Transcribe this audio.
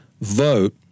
vote